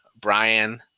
Brian